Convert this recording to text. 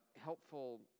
helpful